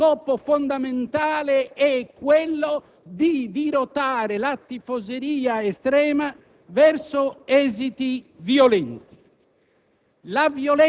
uno strumento di ordinaria tifoseria politica e, sempre più spesso, di lotta politica.